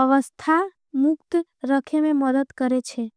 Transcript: अवस्था मुक्त रखे में मदद करेचे।